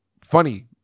funny